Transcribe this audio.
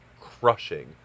crushing